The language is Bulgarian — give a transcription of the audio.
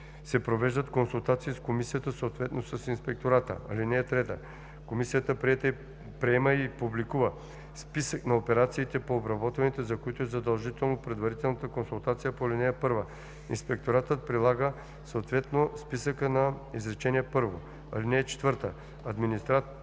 се провеждат консултации с комисията, съответно с инспектората. (3) Комисията приема и публикува списък на операциите по обработване, за които е задължителна предварителната консултация по ал. 1. Инспекторатът прилага съответно списъка по изречение първо. (4) Администраторът